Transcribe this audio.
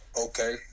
Okay